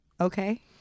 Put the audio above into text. Okay